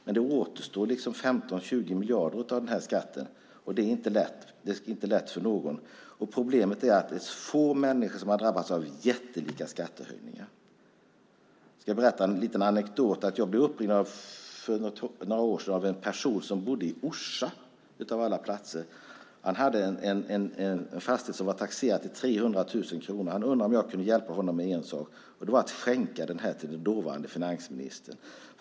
Men det återstår 15-20 miljarder av skatten. Problemet är att det är få människor som har drabbats av jättelika skattehöjningar. Jag ska berätta en liten anekdot. Jag blev uppringd för några år sedan av en person som bodde i Orsa - av alla platser. Han hade en fastighet som var taxerad till 300 000 kronor. Han undrade om jag kunde hjälpa honom med en sak, nämligen att skänka den till den dåvarande finansministern.